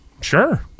Sure